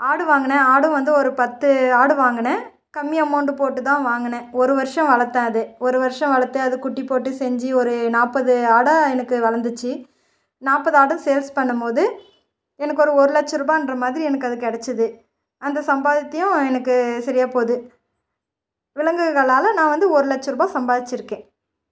ஆடு வாங்கினேன் ஆடு வந்து ஒரு பத்து ஆடு வாங்கினேன் கம்மி அமௌன்ட்டு போட்டு தான் வாங்கினேன் ஒரு வருஷோம் வளர்த்தேன் அது ஒரு வருஷோம் வளர்த்து அது குட்டி போட்டு செஞ்சு ஒரு நாற்பது ஆடாக எனக்கு வளர்ந்துச்சி நாற்பது ஆடும் சேல்ஸ் பண்ணும் போது எனக்கு ஒரு ஒரு லட்சம் ரூபாய்ன்ற மாதிரி எனக்கு அது கெடச்சுது அந்த சம்பாத்தியம் எனக்கு சரியாப் போகுது விலங்குகளால் நான் வந்து ஒரு லட்சம் ரூபாய் சம்பாதிச்சிருக்கேன்